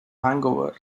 hangover